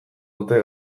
dute